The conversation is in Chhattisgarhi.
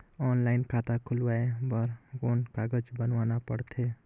ऑनलाइन खाता खुलवाय बर कौन कागज बनवाना पड़थे?